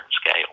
scale